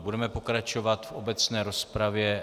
Budeme pokračovat v obecné rozpravě.